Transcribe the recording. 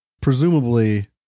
presumably